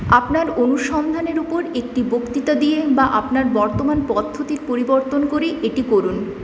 আপনার অনুসন্ধানের উপর একটি বক্তৃতা দিয়ে বা আপনার বর্তমান পদ্ধতির পরিবর্তন করে এটি করুন